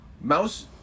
Mouse